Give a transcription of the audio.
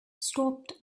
stopped